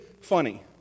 funny